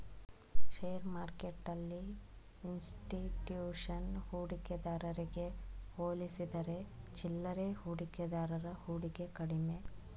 share ಮಾರ್ಕೆಟ್ಟೆಲ್ಲಿ institution ಹೂಡಿಕೆದಾರಗೆ ಹೋಲಿಸಿದರೆ ಚಿಲ್ಲರೆ ಹೂಡಿಕೆದಾರರ ಹೂಡಿಕೆ ಕಡಿಮೆ